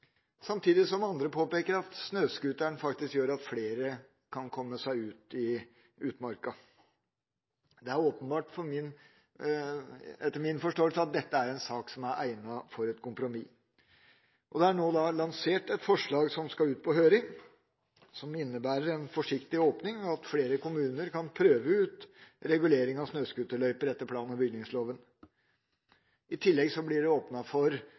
Samtidig påpeker andre at snøscooteren faktisk gjør at flere kan komme seg ut i utmarka. Slik jeg forstår det, er dette åpenbart en sak som er egnet for et kompromiss. Det er nå lansert et forslag som skal ut på høring, og som innebærer en forsiktig åpning for at flere kommuner kan prøve ut regulering av snøscooterløyper etter plan- og bygningsloven. I tillegg blir det åpnet for